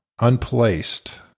unplaced